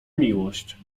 miłość